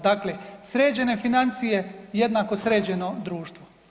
Dakle, sređene financije jednako sređeno društvo.